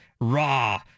Raw